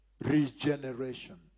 regeneration